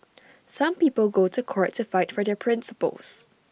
some people go to court to fight for their principles